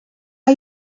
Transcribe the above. are